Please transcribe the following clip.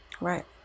right